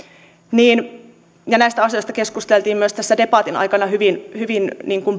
ja näistä asioista keskusteltiin myös tässä debatin aikana hyvin hyvin